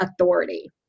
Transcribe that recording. authority